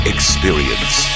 Experience